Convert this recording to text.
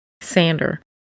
Sander